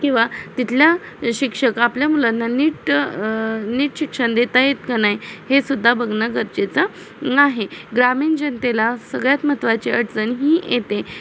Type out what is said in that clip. किंवा तिथला शिक्षक आपल्या मुलांना नीट नीट शिक्षण देत आहेत का नाही हे सुद्धा बघणं गरजेचं आहे ग्रामीण जनतेला सगळ्यात महत्त्वाची अडचण ही येते